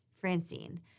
Francine